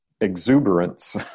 exuberance